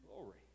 Glory